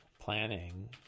planning